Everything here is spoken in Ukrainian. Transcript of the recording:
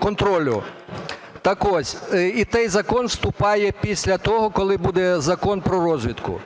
контролю. Так ось, і той закон вступає після того, коли буде Закон про розвідку.